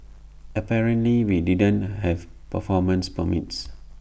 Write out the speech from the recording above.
apparently we didn't have performance permits